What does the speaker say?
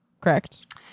Correct